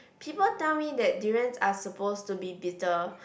people tell me that durians are supposed to be bitter